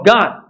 God